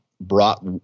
brought